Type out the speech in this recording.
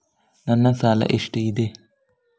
ನನ್ನ ಸಾಲ ಎಷ್ಟು ಇದೆ?